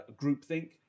groupthink